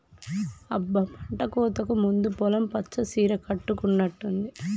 అబ్బ పంటకోతకు ముందు పొలం పచ్చ సీర కట్టుకున్నట్టుంది